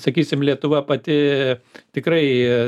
sakysim lietuva pati tikrai